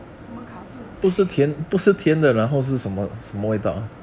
怎么卡住